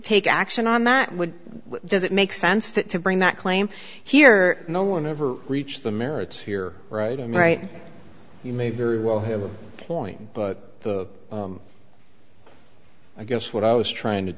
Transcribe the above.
take action on that would does it make sense that to bring that claim here no one ever reached the merits here right and right you may very well have a point but i guess what i was trying to